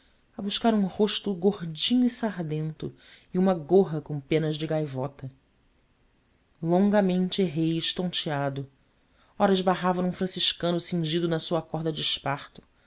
a buscar um rosto gordinho e sardento e uma gorra com penas de gaivota longamente errei estonteado ora esbarrava num franciscano cingido na sua corda de esparto